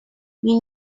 you